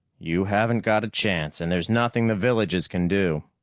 you haven't got a chance, and there's nothing the villages can do.